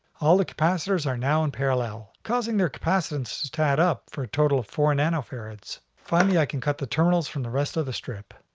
all the capacitors are now in parallel, causing their capacitances to add up for a total of four nanofarads. finally i can cut the terminals from the rest of the strip.